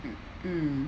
mm